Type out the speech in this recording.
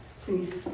please